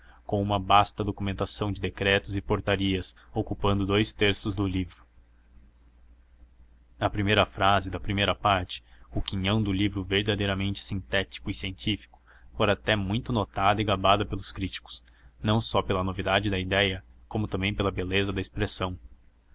com uma vasta documentação de decretos e portarias ocupando dous terços do livro a primeira frase da primeira parte o quinhão do livro verdadeiramente sintético e científico fora até muito notada e gabada pelos críticos não só pela novidade da idéia como também pela beleza da expressão